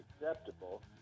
acceptable